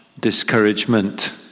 discouragement